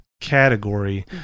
category